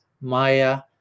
Maya